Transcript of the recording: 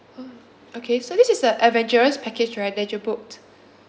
oh okay so this is the adventurous package right that you booked